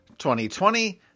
2020